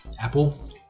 Apple